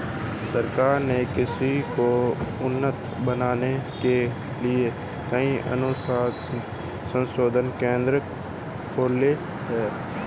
सरकार ने कृषि को उन्नत बनाने के लिए कई अनुवांशिक संशोधन केंद्र खोले हैं